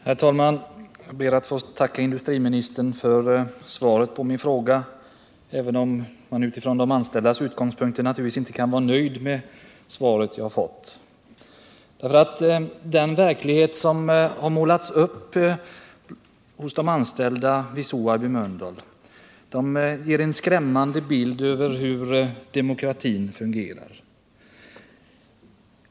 Herr talman! Jag ber att få tacka industriministern för svaret på min fråga, även om jag med tanke på de anställda vid SOAB i Mölndal naturligtvis inte kan vara nöjd med det. Den verklighet som målats ut för de anställda ger en skrämmande bild av hur demokratin fungerar.